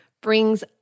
brings